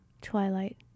twilight